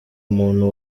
muntu